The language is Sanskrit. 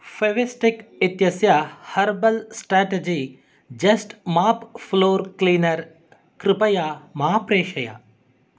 फ़ेविस्टिक् इत्यस्य herbal strategy just mop floor cleaner कृपया मा प्रेषय